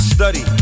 Study